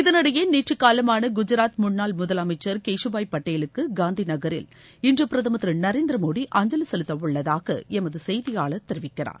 இதனிடையே நேற்று காலமான குஜராத் முன்னாள் முதலமைச்சர் கேசுபாய் பட்டேலுக்கு காந்தி நகரில் இன்று பிரதமர் திரு நரேந்திர மோடி அஞ்சலி செலுத்த உள்ளதாக எமது செய்தியாளர் தெரிவிக்கிறார்